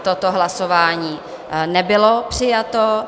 Toto hlasování nebylo přijato.